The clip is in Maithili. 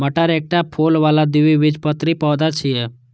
मटर एकटा फूल बला द्विबीजपत्री पौधा छियै